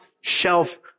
shelf